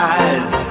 eyes